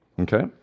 Okay